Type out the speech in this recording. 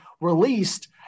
released